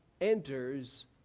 enters